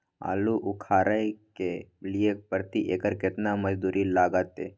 आलू उखारय के लिये प्रति एकर केतना मजदूरी लागते?